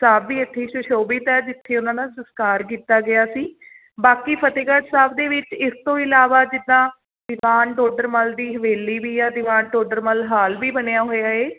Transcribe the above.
ਸਾਹਿਬ ਵੀ ਇੱਥੇ ਸੁਸ਼ੋਭਿਤ ਹੈ ਜਿੱਥੇ ਉਹਨਾਂ ਦਾ ਸੰਸਕਾਰ ਕੀਤਾ ਗਿਆ ਸੀ ਬਾਕੀ ਫਤਿਹਗੜ੍ਹ ਸਾਹਿਬ ਦੇ ਵਿੱਚ ਇਸ ਤੋਂ ਇਲਾਵਾ ਜਿੱਦਾਂ ਦੀਵਾਨ ਟੋਡਰ ਮੱਲ ਦੀ ਹਵੇਲੀ ਵੀ ਆ ਦੀਵਾਨ ਟੋਡਰ ਮੱਲ ਹਾਲ ਵੀ ਬਣਿਆ ਹੋਇਆ ਹੈ